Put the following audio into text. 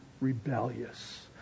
rebellious